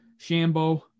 Shambo